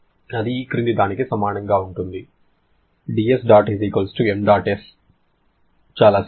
అది ఈ క్రింది దానికి సమానంగా ఉంటుంది చాలా సులభం